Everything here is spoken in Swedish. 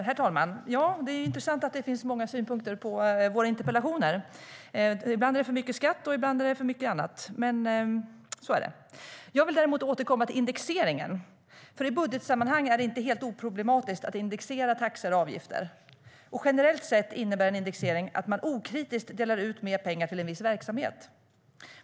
Herr talman! Det är intressant att det finns många synpunkter på våra interpellationer. Ibland är det för mycket skatt. Ibland är det för mycket annat. Så är det. Jag vill återkomma till indexeringen. I budgetsammanhang är det nämligen inte helt oproblematiskt att indexera taxor och avgifter. Generellt sett innebär en indexering att man okritiskt delar ut mer pengar till en viss verksamhet.